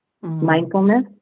Mindfulness